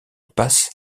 pass